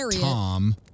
Tom